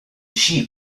sheep